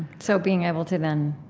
so being able to then,